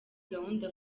gahunda